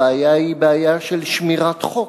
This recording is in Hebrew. הבעיה היא בעיה של שמירת חוק.